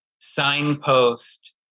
signpost